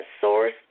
source